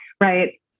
right